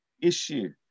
issue